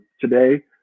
today